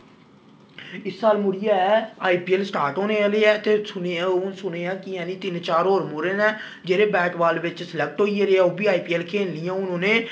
इस साल मुड़ियै आई पी ऐल्ल स्टार्ट होने आह्ले ऐ ते सुनेआं कि तिन्न चार होर मुड़े न जेह्ड़े बैट बाल बिच्च सलैक्ट होई गेदे ऐ ओह्बी आई पी ऐल्ल खेलनी ऐ उ'नें